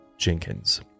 Jenkins